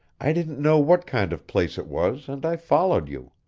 i didn't know what kind of place it was and i followed you.